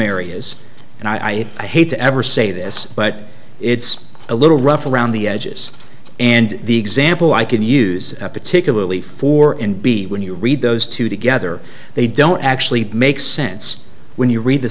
areas and i i hate to ever say this but it's a little rough around the edges and the example i can use particularly for n b c when you read those two together they don't actually make sense when you read the